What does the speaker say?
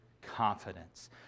confidence